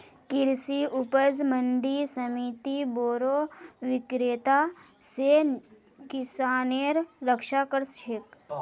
कृषि उपज मंडी समिति बोरो विक्रेता स किसानेर रक्षा कर छेक